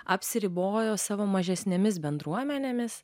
apsiribojo savo mažesnėmis bendruomenėmis